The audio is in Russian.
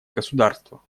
государства